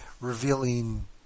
revealing